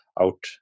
out